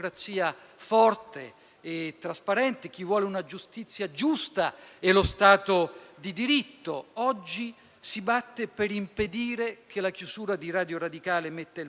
forte e trasparente, chi vuole una giustizia giusta e lo Stato di diritto, oggi si batte per impedire che la chiusura di Radio Radicale metta il bavaglio,